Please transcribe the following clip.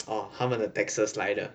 orh 他们的 taxes 来的